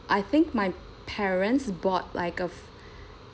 I think my parents bought like a